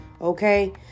okay